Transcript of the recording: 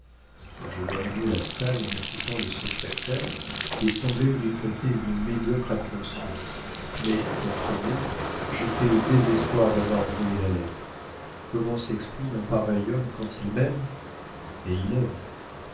je lorgnais la salle en écoutant le secrétaire et semblais lui prêter une médiocre attention mais entre nous j'étais au désespoir d'avoir brûlé la lettre comment s'exprime un pareil homme quand il aime et il m'aime